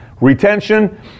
Retention